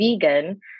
vegan